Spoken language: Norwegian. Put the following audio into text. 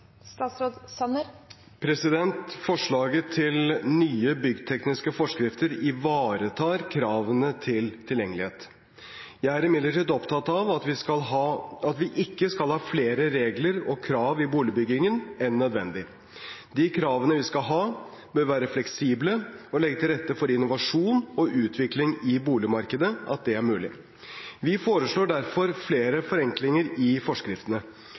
Forslaget til nye byggtekniske forskrifter ivaretar kravene til tilgjengelighet. Jeg er imidlertid opptatt av at vi ikke skal ha flere regler og krav i boligbyggingen enn nødvendig. De kravene vi skal ha, bør være fleksible og legge til rette for at innovasjon og utvikling i boligmarkedet er mulig. Vi foreslår derfor flere forenklinger i forskriftene.